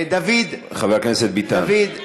חבר הכנסת ביטן, תסתובב,